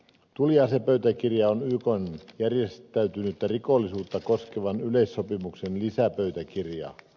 tuliasepöytäkirja on ykn järjestäytynyttä rikollisuutta koskevan yleissopimuksen lisäpöytäkirja